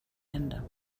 hände